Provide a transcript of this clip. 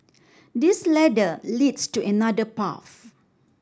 this ladder leads to another path